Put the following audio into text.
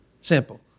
Simple